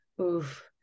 oof